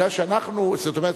זאת אומרת,